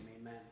amen